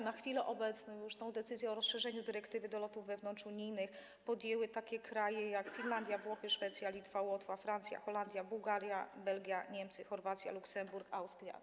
Na chwilę obecną decyzję o lotach, o rozszerzeniu dyrektywy o loty wewnątrzunijne podjęły takie kraje jak: Finlandia, Włochy, Szwecja, Litwa, Łotwa, Francja, Holandia, Bułgaria, Belgia, Niemcy, Chorwacja, Luksemburg, Austria.